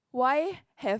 why have